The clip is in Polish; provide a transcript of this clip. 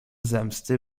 zemsty